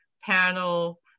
panel